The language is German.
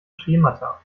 schemata